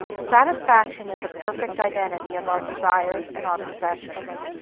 satisfaction is perfect identity of our desires and our possessions.